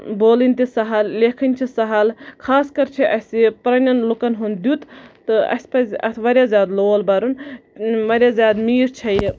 بولٕنۍ تہِ سَہَل لیکھٕنۍ چھِ سَہَل خاص کر چھِ اَسہِ یہِ پَنٕنٮ۪ن لُکَن ہُند دیُت تہٕ اَسہِ پَزِ اَتھ واریاہ زیادٕ لول بَرُن واریاہ زیادٕ میٖٹھ چھےٚ یہِ